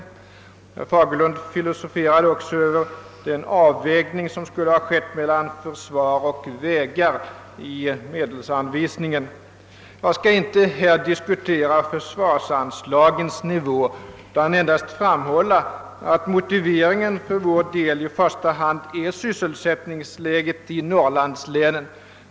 Herr Fagerlund filosoferade också över den avvägning som skulle ha skett mellan försvar och vägar vid medelsanvisningen. Jag skall inte här diskutera försvarsanslagens nivå utan endast framhålla att motiveringen för vår motion i första hand är sysselsättningsläget i norrlandslänen.